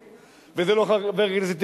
וזה לא חבר הכנסת אלקין,